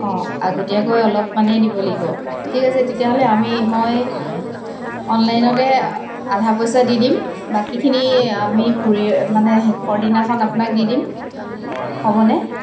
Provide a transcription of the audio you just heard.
অঁ আগতীয়াকৈ অলপ মানেই দিব লাগিব ঠিক আছে তেতিয়াহ'লে আমি মই অনলাইনতে আধা পইচা দি দিম বাকীখিনি আমি ফুৰি মানে শেষৰ দিনাখন আপোনাক দি দিম হ'বনে